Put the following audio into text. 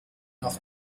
noch